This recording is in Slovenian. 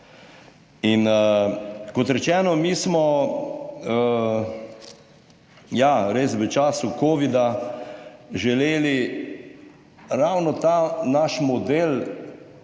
in kot rečeno, mi smo, ja, res v času Covida, želeli ravno ta naš model